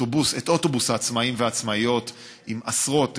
אוטובוס העצמאים והעצמאיות עם עשרות,